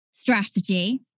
strategy